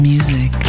Music